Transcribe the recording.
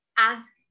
ask